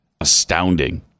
astounding